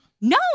No